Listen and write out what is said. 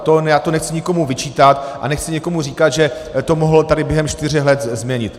To nechci nikomu vyčítat a nechci nikomu říkat, že to mohl tady během čtyř let změnit.